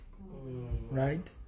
Right